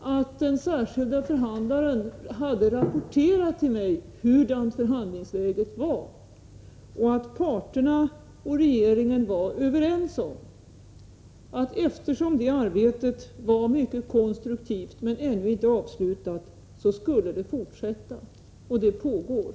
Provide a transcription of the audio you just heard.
att den särskilda förhandlaren till mig hade rapporterat hurdant förhandlingsläget var och att parterna och regeringen var överens om att det arbetet, eftersom det var mycket konstruktivt, skulle fortsätta, och det pågår.